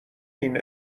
این